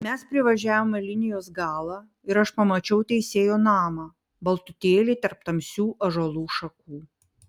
mes privažiavome linijos galą ir aš pamačiau teisėjo namą baltutėlį tarp tamsių ąžuolų šakų